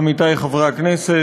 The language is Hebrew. עמיתי חברי הכנסת,